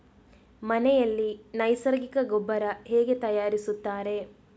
ಮನೆಯಲ್ಲಿ ನೈಸರ್ಗಿಕ ಗೊಬ್ಬರ ಹೇಗೆ ತಯಾರಿಸುತ್ತಾರೆ?